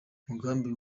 umugambi